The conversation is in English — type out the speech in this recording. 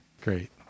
Great